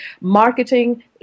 marketing